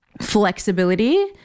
flexibility